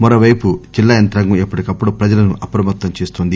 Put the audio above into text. మరోవైపు జిల్లాయంత్రాంగం ఎప్పటికప్పుడు ప్రజలను అప్రమత్తం చేస్తోంది